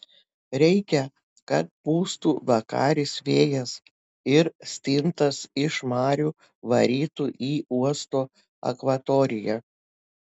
reikia kad pūstų vakaris vėjas ir stintas iš marių varytų į uosto akvatoriją